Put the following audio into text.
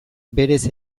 berez